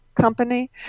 company